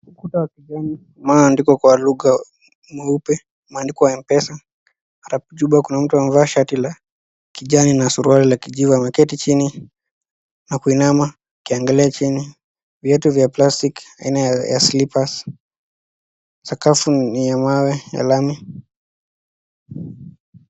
Maandiko kwa lugha mweupe, maandiko ya mpesa alafu juba kuna mtu amevaa shati la kijani na suruali ya kijivu wameketi chini nakuinama wakiangalia chini viatu vya (pastic) ainaya (slippers) sakafu ni ya mawe ya lami.